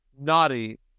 naughty